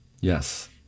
Yes